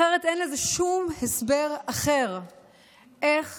אחרת אין לזה שום הסבר אחר איך